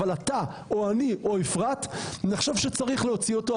אבל אתה או אני או אפרת נחשוב שצריך להוציא אותו,